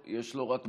רבותיי,